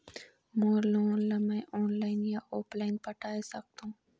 मोर loan ला मैं online या ऑफलाइन पटाए सकथों?